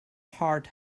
heart